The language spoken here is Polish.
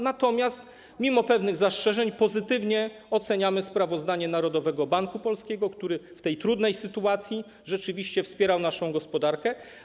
Natomiast mimo pewnych zastrzeżeń pozytywnie oceniamy sprawozdanie Narodowego Banku Polskiego, który w tej trudnej sytuacji rzeczywiście wspierał naszą gospodarkę.